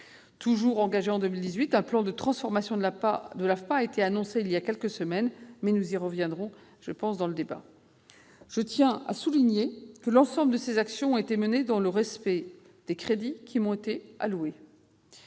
Toujours en 2018, un plan de transformation de l'AFPA a été annoncé il y a quelques semaines, mais nous y reviendrons plus tard dans le débat. Je tiens à souligner que l'ensemble de ces actions ont été menées dans le respect du plafond des crédits qui m'ont été alloués.